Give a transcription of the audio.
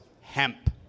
hemp